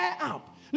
up